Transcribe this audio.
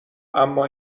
اما